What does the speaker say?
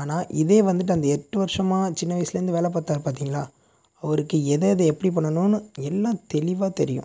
ஆனால் இதே வந்துட்டு அந்த எட்டு வருஷமாக சின்ன வயதிலருந்து வேலை பார்த்தாரு பார்த்தீங்களா அவருக்கு எதெதை எப்படி பண்ணணும்னு எல்லாம் தெளிவாக தெரியும்